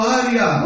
area